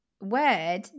word